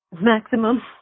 maximum